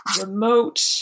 remote